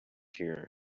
here